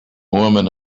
woman